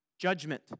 Judgment